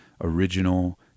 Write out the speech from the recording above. original